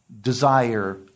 desire